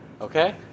Okay